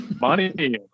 money